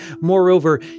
Moreover